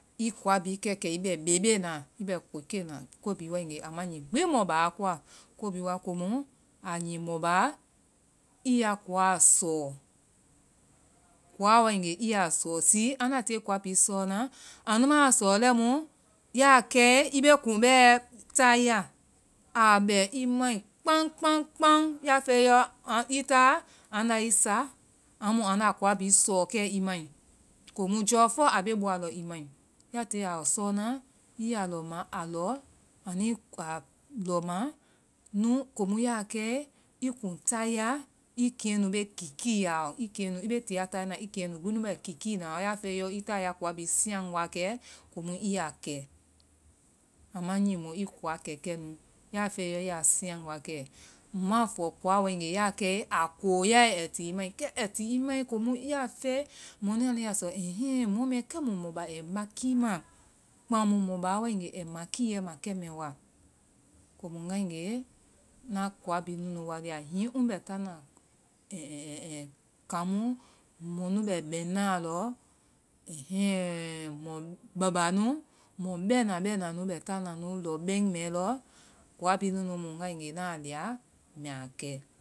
I kowa bhii kɛ, kɛ i bɛ beena í bɛ koikoina. Ko bhii waegee ama nui gbi mɔ ba a koa, ko bhii waa komu a nui mɔ ba ai ya kowaa sɔɔ, i waŋga, kowaa waegee anda tiyee kowa bhii sɔɔna, anu ma a sɔɔ lɛimu ya aa kɛe i bee kuŋ bɛɛ tayɛa a bɛ i mai kpaŋ, kpaŋ, kpaŋ yaa fɛɛe yɔ í táa anda í sa amu anda kowa bhii sɔɔ kɛ i mai komu jɔɔfɔ a bee bɔa lɔ i mai. Ya tiyee a sɔɔna i yaa lɔ ma, a lɔ, anu a lɔ ma nu komu yaa kɛlee, i kuŋ táyɛa, í keŋɛ nu bee kiikiiyaɔ, i keŋɛ nu,i bee tiya tayɛna i keŋɛ nu gbi nu bɛ kiikii naa lɔɔ yɔ i táa ya kowa bhii siyaŋ wakɛ, komu i yaa kɛ, ama nyi komu mɔ i kowa kɛ kɛnu. Yaa fɛɛe yɔ ya a siyaŋ wakɛ. ŋma a fɔ kowaa waegee yaa kɛe ai kooyaae ai ti i mai, kɛ ai ti i mai komu yaa fɛɛe mɔnu anu yaa fɔ, ɛhɛɛ, mɔ mɛɛ, kɛ mu mɔ ba ai makiima, mɔ baa waegee ai makiima lɛi mɛɛ wa. komu ŋ waegee ŋna kowa bhii nu nu wa liya. Hiŋi ŋ bɛ táana kaŋ mu mɔnu bɛ bɛŋnaa a lɔ, ɛhɛɛ, mɔ babaa nu, mɔ bɛɛnaa bɛɛna nu bɛ táananu lɔbɛŋ mɛɛ lɔ, kowa bhii nunu mu ŋgaigee ŋna a liya mbɛ a kɛ.